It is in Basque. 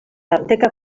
tarteka